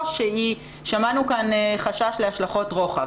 שמענו כאן חשש להשלכות רוחב.